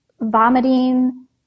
vomiting